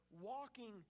walking